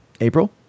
April